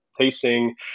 tasting